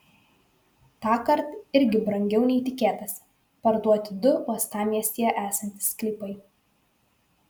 tąkart irgi brangiau nei tikėtasi parduoti du uostamiestyje esantys sklypai